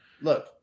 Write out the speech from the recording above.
Look